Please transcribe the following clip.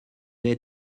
day